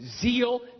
zeal